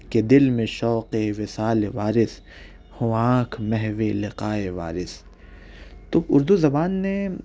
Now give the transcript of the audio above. کہ دل میں شوق وصالِ وارث ہو آنکھ محو لقائے وارث تو اردو زبان نے